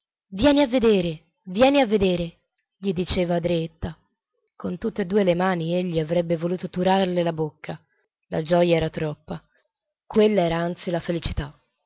vieni a vedere vieni a vedere gli diceva dreetta con tutte e due le mani egli avrebbe voluto turarle la bocca la gioja era troppa quella era anzi la felicità